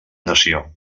nació